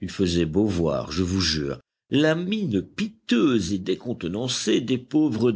il faisait beau voir je vous jure la mine piteuse et décontenancée des pauvres